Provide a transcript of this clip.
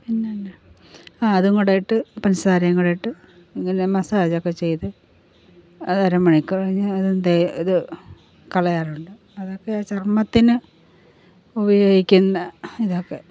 പിന്നെയെന്താണ് ആ അതുംകൂടെ ഇട്ട് പഞ്ചസാരയും കൂടെയിട്ട് ഇങ്ങനെ മസാജൊക്കെ ചെയ്ത് അത് അരമണിക്കൂർ കഴിഞ്ഞ് ഇത് കളയാറുണ്ട് അതൊക്കെ ചർമത്തിന് ഉപയോഗിക്കുന്ന ഇതൊക്കെ